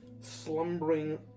slumbering